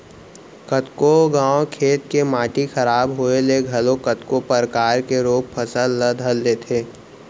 कतको घांव खेत के माटी खराब होय ले घलोक कतको परकार के रोग फसल ल धर लेथे